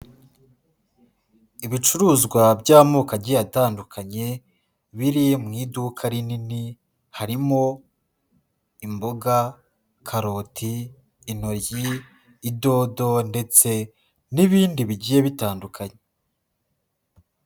Ibicuruzwa by'amoko agiye atandukanye, biri mu iduka rinini harimo imboga, karoti, intoryi, idodo ndetse n'ibindi bigiye bitandukanye.